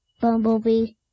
Bumblebee